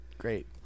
Great